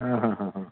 हा हा हा हा